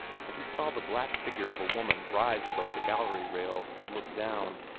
and he saw the black figure of a woman rise above the gallery-rail and look down.